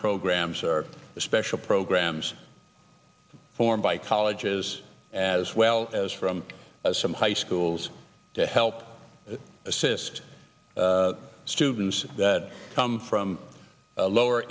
programs or the special programs formed by colleges as well as from some high schools to help assist students that come from lower